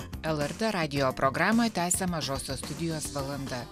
lrt radijo programą tęsia mažosios studijos valanda